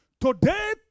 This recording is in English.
today